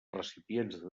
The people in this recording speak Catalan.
recipients